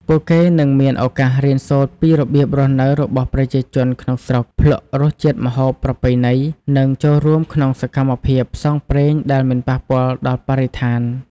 ពួកគេនឹងមានឱកាសរៀនសូត្រពីរបៀបរស់នៅរបស់ប្រជាជនក្នុងស្រុក ភ្លក់រសជាតិម្ហូបប្រពៃណី និងចូលរួមក្នុងសកម្មភាពផ្សងព្រេងដែលមិនប៉ះពាល់ដល់បរិស្ថាន។